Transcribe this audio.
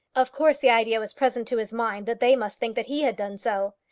of course the idea was present to his mind that they must think that he had done so.